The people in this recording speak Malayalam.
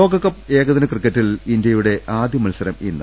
ലോകകപ്പ് ഏകദിന ക്രിക്കറ്റിൽ ്ഇന്ത്യയുടെ ആദ്യ മത്സരം ഇന്ന്